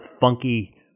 funky